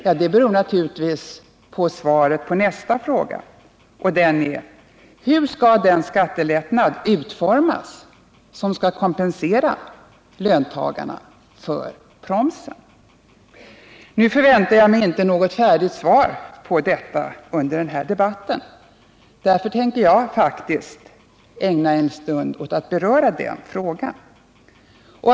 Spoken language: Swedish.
Ja, det beror naturligtvis på svaret på nästa fråga, och den är: Hur skall den skattelättnad utformas som skall kompensera löntagarna för promsen? Nu förväntar jag mig inte något färdigt svar på detta under den här debatten. Därför tänker jag faktiskt ägna en stund åt att beröra den frågan.